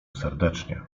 serdecznie